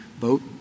vote